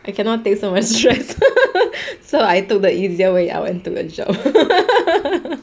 I cannot take so much stress so I took the easier way out and took a job